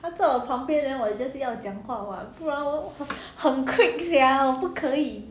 她坐我旁边 then 我就是要讲话 [what] 不然很 quick sia 我不可以